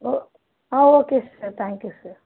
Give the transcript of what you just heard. ஓ ஆ okay sir thank you sir